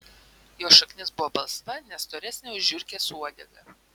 jos šaknis buvo balsva ne storesnė už žiurkės uodegą